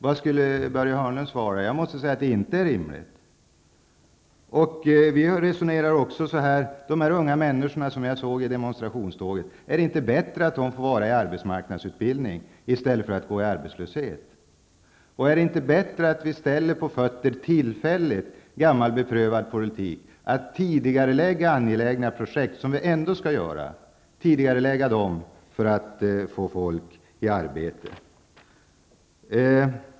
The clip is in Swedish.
Vad skulle Börje Hörnlund svara? Jag måste säga att det inte är rimligt. Vi resonerar också så här: Är det inte bättre att de unga människor som jag såg i demonstrationståget får gå i arbetsmarknadsutbilding i stället för att gå arbetslösa? Är det inte bättre att vi tillfälligt ställer gammal beprövad politik på fötter, tidigarelägger angelägna projekt, som vi ändå skall utföra, för att få människor i arbete?